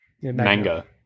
Manga